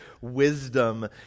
wisdom